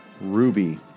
Ruby